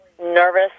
nervous